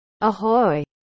Ahoy